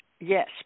Yes